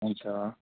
हुन्छ